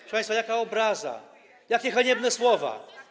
Proszę państwa, jaka obraza, jakie haniebne słowa?